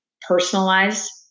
personalized